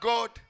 God